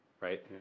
right